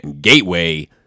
Gateway